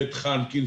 בית חנקין.